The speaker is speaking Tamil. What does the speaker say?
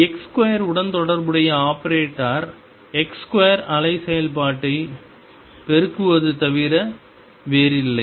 x2 உடன் தொடர்புடைய ஆபரேட்டர் x2 அலை செயல்பாட்டைப் பெருக்குவது தவிர வேறில்லை